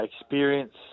Experience